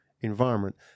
environment